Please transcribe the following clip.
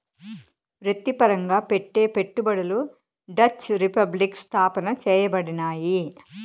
వృత్తిపరంగా పెట్టే పెట్టుబడులు డచ్ రిపబ్లిక్ స్థాపన చేయబడినాయి